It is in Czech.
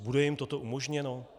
Bude jim toto umožněno?